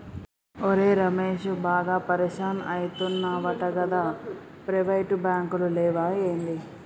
ఒరే రమేశూ, బాగా పరిషాన్ అయితున్నవటగదా, ప్రైవేటు బాంకులు లేవా ఏంది